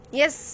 yes